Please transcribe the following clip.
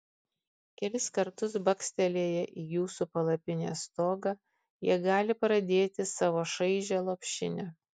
kelis kartus bakstelėję į jūsų palapinės stogą jie gali pradėti savo šaižią lopšinę